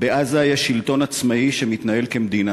"בעזה יש שלטון עצמאי שמתנהל כמדינה.